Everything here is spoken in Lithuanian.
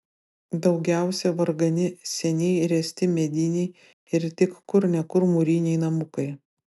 daugiausiai vargani seniai ręsti mediniai ir tik kur ne kur mūriniai namukai